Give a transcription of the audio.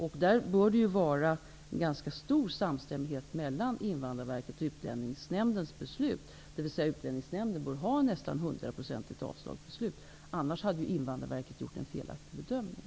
Det bör råda ganska stor samstämmighet mellan Invandrarverkets och Utlänningsnämndens beslut. Utlänningsnämnden bör alltså ha nästan 100 % avslagsbeslut, annars skulle ju Invandrarverket ha gjort en felaktig bedömning.